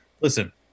listen